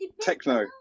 techno